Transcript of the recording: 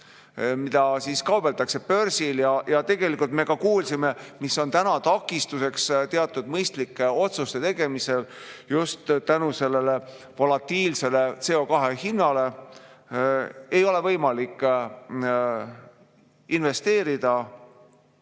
millega kaubeldakse börsil. Tegelikult me kuulsime, mis on takistuseks teatud mõistlike otsuste tegemisel just tänu sellele volatiilsele CO2hinnale. Ei ole võimalik investeerida